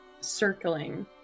circling